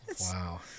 Wow